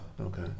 Okay